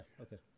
okay